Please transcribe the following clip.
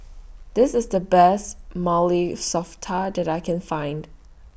This IS The Best Maili Softa that I Can Find